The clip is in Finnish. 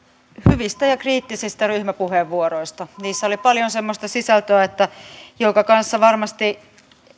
hyvistä ja kriittisistä ryhmäpuheenvuoroista niissä oli paljon semmoista sisältöä jonka kanssa varmasti